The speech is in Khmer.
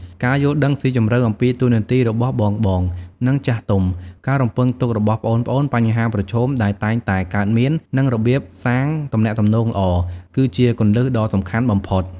ការយល់ដឹងស៊ីជម្រៅ អំពីតួនាទីរបស់បងៗ និងចាស់ទុំ ការរំពឹងទុករបស់ប្អូនៗ បញ្ហាប្រឈមដែលតែងតែកើតមាន និងរបៀបកសាងទំនាក់ទំនងល្អ គឺជាគន្លឹះដ៏សំខាន់បំផុត។